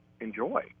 enjoy